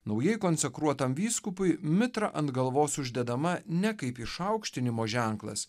naujai konsekruotam vyskupui mitra ant galvos uždedama ne kaip išaukštinimo ženklas